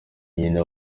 nyina